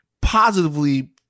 positively